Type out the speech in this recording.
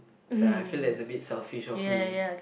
so I feel that it's a bit selfish of me